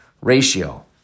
ratio